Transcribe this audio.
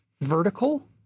vertical